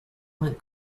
went